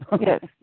Yes